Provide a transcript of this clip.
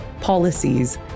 policies